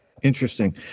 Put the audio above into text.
interesting